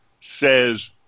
says